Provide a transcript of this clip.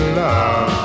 love